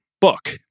book